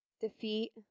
Defeat